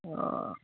हँ